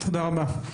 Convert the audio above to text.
תודה רבה.